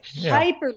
hyper